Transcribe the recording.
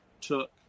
took